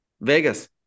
Vegas